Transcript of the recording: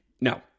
No